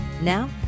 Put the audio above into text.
Now